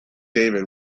david